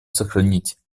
сохранить